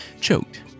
choked